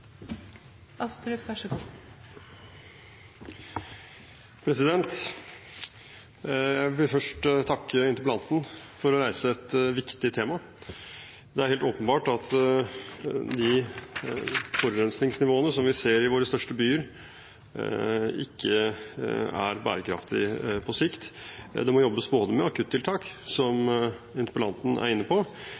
helt åpenbart at de forurensningsnivåene vi ser i våre største byer, ikke er bærekraftige på sikt. Det må jobbes både med akuttiltak, som interpellanten var inne på,